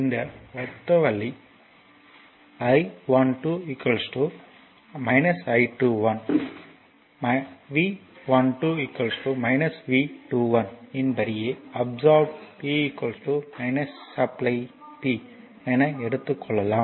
இந்த ஒத்த வழி I12 I21 V12 V21 இன் படியே அப்சார்ப்பு P சப்ளை P என எடுத்து கொள்ளலாம்